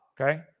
okay